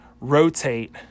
rotate